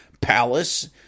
palace